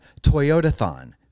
Toyotathon